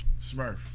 Smurf